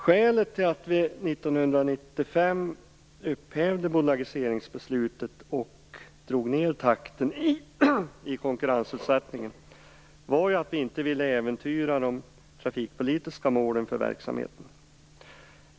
Skälet till att vi 1995 upphävde bolagiseringsbeslutet och drog ned takten i konkurrensutsättningen var att vi inte ville äventyra de trafikpolitiska målen för verksamheten.